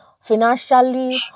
financially